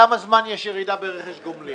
כמה זמן יש ירידה ברכש גומלין.